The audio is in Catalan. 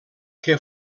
que